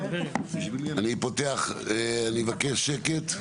אני פותח, אני מבקש שקט.